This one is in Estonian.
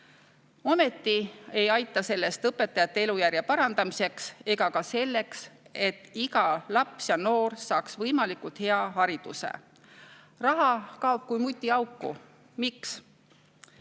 Ometi ei aita sellest õpetajate elujärje parandamiseks ega ka selleks, et iga laps ja noor saaks võimalikult hea hariduse. Raha kaob kui mutiauku. Miks?